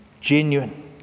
genuine